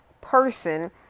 person